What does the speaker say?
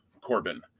Corbin